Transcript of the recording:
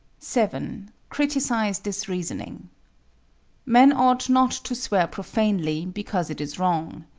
seven. criticise this reasoning men ought not to swear profanely, because it is wrong.